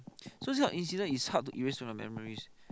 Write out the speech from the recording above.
so this type of incident is hard to erase from your memories